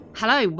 hello